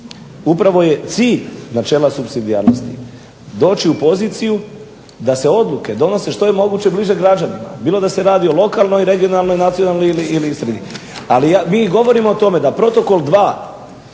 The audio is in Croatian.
Upravo je cilj načela supsidijarnosti doći u poziciju da se odluke donose što je moguće bliže građanima. Bilo da se radi o lokalnoj, regionalnoj, nacionalnoj ili … /Govornik se ne razumije./… Ali mi i govorimo o tome da Protokol 2